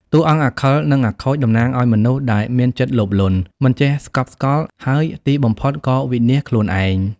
តួអង្គអាខិល និងអាខូច តំណាងឲ្យមនុស្សដែលមានចិត្តលោភលន់ មិនចេះស្កប់ស្កល់ ហើយទីបំផុតក៏វិនាសខ្លួនឯង។